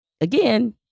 again